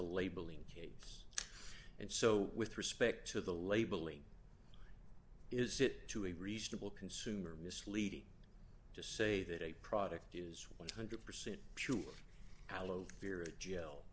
a labeling case and so with respect to the labeling is it to a reasonable consumer misleading to say that a product is one hundred percent pure aloe vera